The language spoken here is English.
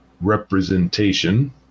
representation